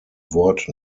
wort